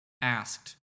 asked